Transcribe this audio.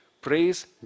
praise